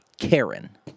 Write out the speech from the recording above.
karen